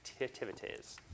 activities